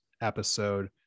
episode